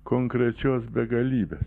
konkrečios begalybės